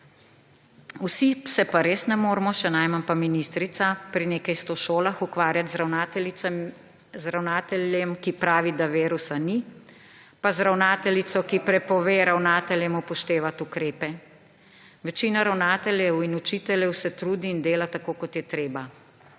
Vsi se pa res ne moremo, še najmanj pa ministrica, pri nekaj sto šolah ukvarjati z ravnateljem, ki pravi, da virusa ni, pa z ravnateljico, ki prepove ravnateljem upoštevati ukrepe. Večina ravnateljev in učiteljev se trudi in dela tako, kot je treba.